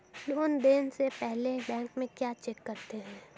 Loan देने से पहले बैंक में क्या चेक करते हैं?